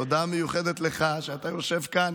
תודה מיוחדת לך, שאתה יושב כאן